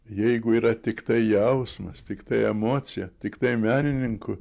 jeigu yra tiktai jausmas tiktai emocija tiktai menininkų